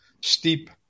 steep